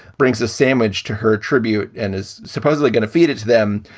brings a sandwich to her tribute and is supposedly going to feed it to them,